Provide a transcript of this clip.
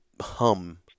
hum